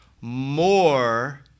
more